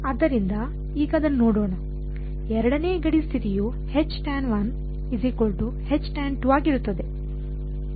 ಆದ್ದರಿಂದ ಈಗ ಅದನ್ನು ನೋಡೋಣ ಎರಡನೇ ಗಡಿ ಸ್ಥಿತಿಯು ಆಗಿರುತ್ತದೆ